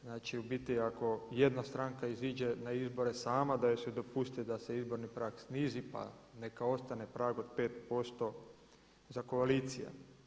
Znači, u biti ako jedna stranka izađe na izbore sama da joj se dopusti da se izborni prag snizi pa neka ostane prag od 5% za koalicije.